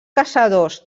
caçadors